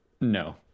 No